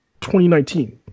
2019